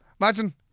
imagine